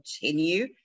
continue